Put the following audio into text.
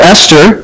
Esther